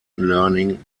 learning